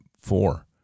four